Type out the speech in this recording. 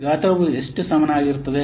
ಗಾತ್ರವು ಎಷ್ಟು ಸಮಾನವಾಗಿರುತ್ತದೆ